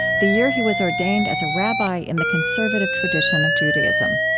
the year he was ordained as a rabbi in the conservative tradition of judaism.